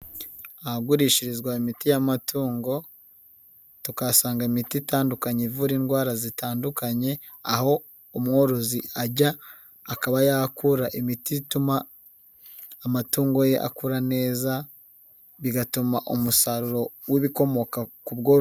Ahagurishirizwa imiti y'amatungo, tukahasanga imiti itandukanye ivura indwara zitandukanye, aho umworozi ajya akaba yakura imiti ituma amatungo ye akura neza, bigatuma umusaruro w'ibikomoka ku bworozi.